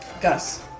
Gus